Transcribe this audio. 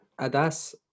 Adas